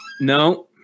No